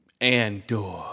Andor